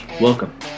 Welcome